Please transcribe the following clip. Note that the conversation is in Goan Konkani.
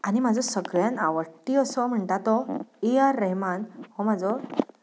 आनी म्हजो सगळ्यांत आवडटी असो म्हणटा तो ए आर रेहमान हो म्हजो